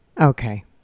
Okay